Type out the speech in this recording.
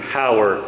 power